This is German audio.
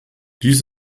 dies